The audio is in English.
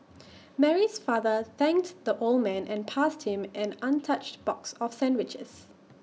Mary's father thanks the old man and passed him an untouched box of sandwiches